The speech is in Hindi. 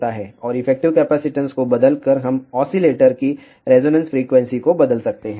और इफेक्टिव कैपेसिटी को बदलकर हम ऑसीलेटर की रेजोनेंस फ्रीक्वेंसी को बदल सकते हैं